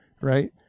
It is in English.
right